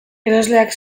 erosleak